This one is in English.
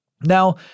Now